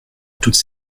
toutes